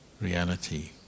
reality